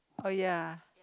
oh ya